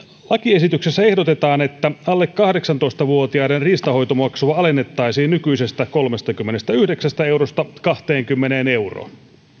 lakiesityksessä ehdotetaan että alle kahdeksantoista vuotiaiden riistanhoitomaksua alennettaisiin nykyisestä kolmestakymmenestäyhdeksästä eurosta kahteenkymmeneen euroon